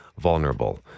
vulnerable